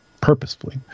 purposefully